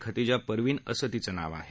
खतिजा परविन असं तिचं नाव आहे